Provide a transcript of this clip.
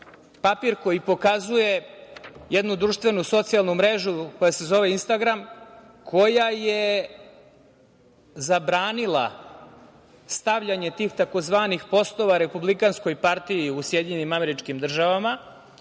papir koji pokazuje jednu društvenu, socijalnu mrežu, koja se zove Instagram, koja je zabranila stavljanje tih takozvanih postova Republikanskoj partiji u SAD